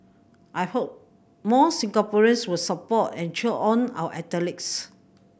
I hope more Singaporeans will support and cheer on our athletes